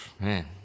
Man